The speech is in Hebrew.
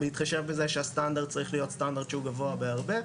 בהתחשב הזה שהסטנדרט צריך להיות סטנדרט שהוא גבוה בהרבה,